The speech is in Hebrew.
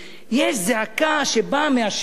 יש זעקה שבאה מהשטח,